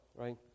right